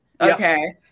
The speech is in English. Okay